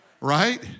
Right